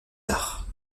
tard